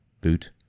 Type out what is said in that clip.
boot